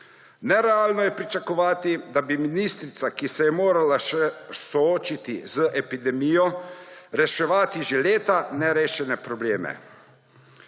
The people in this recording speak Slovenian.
Nerealno je pričakovati, da bi ministrica, ki se je morala še soočati z epidemijo, reševala že leta nerešene probleme.